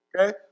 Okay